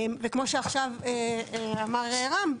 וכמו שעכשיו אמר רם,